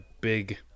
big –